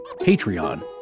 Patreon